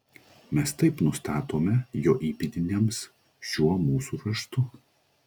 mes taip nustatome jo įpėdiniams šiuo mūsų raštu